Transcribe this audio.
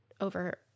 over